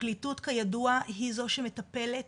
הפרקליטות כידוע היא זו שמטפלת